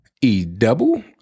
E-Double